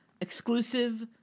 exclusive